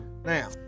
Now